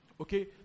Okay